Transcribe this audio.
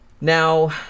Now